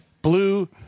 Blue